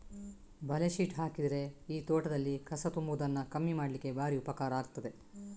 ಬಲೆ ಶೀಟ್ ಹಾಕಿದ್ರೆ ಈ ತೋಟದಲ್ಲಿ ಕಸ ತುಂಬುವುದನ್ನ ಕಮ್ಮಿ ಮಾಡ್ಲಿಕ್ಕೆ ಭಾರಿ ಉಪಕಾರ ಆಗ್ತದೆ